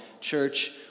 church